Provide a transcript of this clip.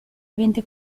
avente